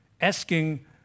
asking